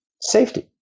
safety